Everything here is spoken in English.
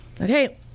Okay